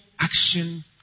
action